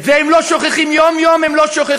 את זה הם לא שוכחים, יום-יום הם לא שוכחים,